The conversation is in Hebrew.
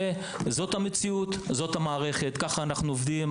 זאת המציאות, זאת המערכת, ככה אנחנו עובדים.